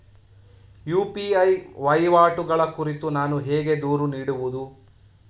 UPI ವಹಿವಾಟುಗಳ ಕುರಿತು ನಾನು ಹೇಗೆ ದೂರು ನೀಡುವುದು?